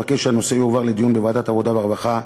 אבקש שהנושא יועבר לדיון בוועדת העבודה והרווחה,